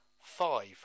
Five